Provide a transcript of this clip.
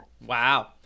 Wow